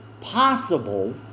possible